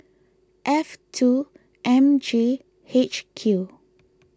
F two M J H Q